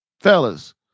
Fellas